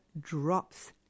drops